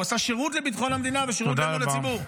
הוא עשה שירות לביטחון המדינה ושירות לאמון הציבור.